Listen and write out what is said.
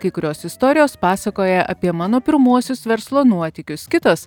kai kurios istorijos pasakoja apie mano pirmuosius verslo nuotykius kitos